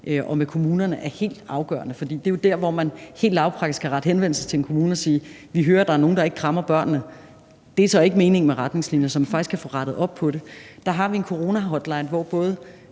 og med kommunerne er helt afgørende, for det er jo der, hvor man helt lavpraktisk kan rette henvendelse til en kommune og sige, at vi hører, at der er nogle, der ikke krammer børnene – det er så ikke meningen med retningslinjerne – så vi faktisk kan få rettet op på det. Der har vi en coronahotline, hvor både